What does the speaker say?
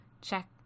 check